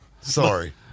sorry